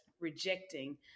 rejecting